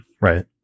Right